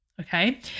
okay